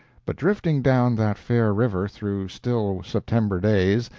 but drifting down that fair river through still september days,